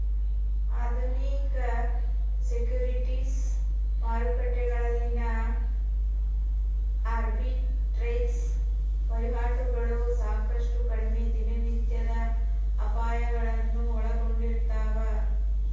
ಆಧುನಿಕ ಸೆಕ್ಯುರಿಟೀಸ್ ಮಾರುಕಟ್ಟೆಗಳಲ್ಲಿನ ಆರ್ಬಿಟ್ರೇಜ್ ವಹಿವಾಟುಗಳು ಸಾಕಷ್ಟು ಕಡಿಮೆ ದಿನನಿತ್ಯದ ಅಪಾಯಗಳನ್ನು ಒಳಗೊಂಡಿರ್ತವ